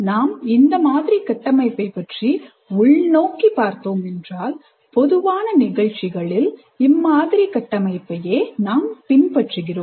நாம் இந்த மாதிரி கட்டமைப்பை பற்றி உள்நோக்கி பார்த்தோமென்றால் பொதுவான நிகழ்ச்சிகளில் இம்மாதிரி கட்டமைப்பையே நாம் பின்பற்றுகிறோம்